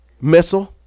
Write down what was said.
missile